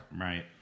Right